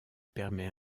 permet